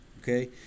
okay